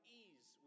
ease